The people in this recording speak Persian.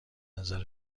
نظر